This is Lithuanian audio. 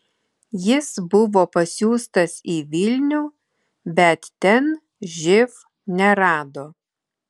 jis buvo pasiųstas į vilnių bet ten živ nerado